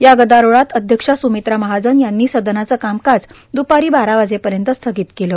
या गदारोळात अध्यक्षा सुमित्रा महाजन यांनी सदनाचं कामकाज दुपारी बारा वाजेपर्यंत स्थगित केलं